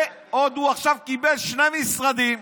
ועוד הוא עכשיו קיבל שני משרדים.